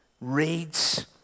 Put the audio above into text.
reads